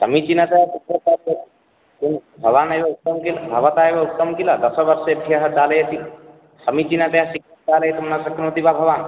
समीचीनतया कुत्र चाल्यते किं भवान् एव उक्तं किल भवता एव उक्तं किल दशवर्षेभ्यः चालयति समीचीनतया शीघ्रं चालयितुं न शक्नोति वा भवान्